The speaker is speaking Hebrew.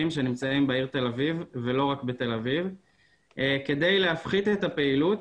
שנמצאים בעיר תל אביב ולא רק בתל אביב כדי להפחית את הפעילות.